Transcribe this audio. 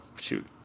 shoot